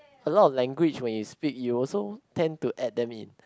a lot of language when you speak you also tend to add them it